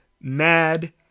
mad